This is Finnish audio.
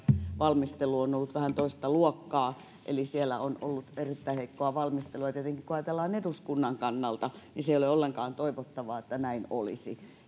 valmistelu on ollut vähän toista luokkaa eli siellä on ollut erittäin heikkoa valmistelua ja tietenkin kun ajatellaan eduskunnan kannalta se ei ole ollenkaan toivottavaa että näin olisi